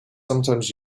sometimes